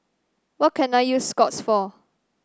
what can I use Scott's for